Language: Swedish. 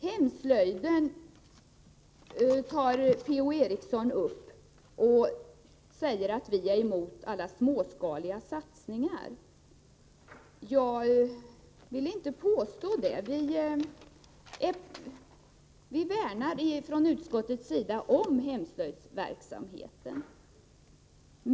Per-Ola Eriksson tar också upp frågan om hemslöjdsnäringen och säger att vi är mot alla småskaliga satsningar. Jag vill inte hålla med honom. Vi värnar från utskottets sida om hemslöjdsverksamheten.